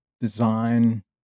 design